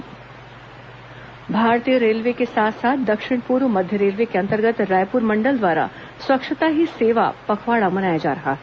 स्वच्छता पखवाड़ा भारतीय रेलवे के साथ साथ दक्षिण पूर्व मध्य रेलवे के अंतर्गत रायपुर मंडल द्वारा स्वच्छता ही सेवा पखवाड़ा मनाया जा रहा है